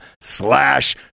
slash